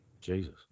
Jesus